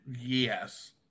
yes